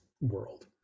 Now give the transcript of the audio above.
world